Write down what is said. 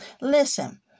listen